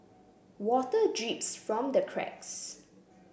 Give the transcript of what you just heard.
water drips from the cracks